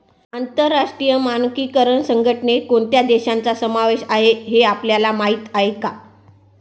आंतरराष्ट्रीय मानकीकरण संघटनेत कोणत्या देशांचा समावेश आहे हे आपल्याला माहीत आहे का?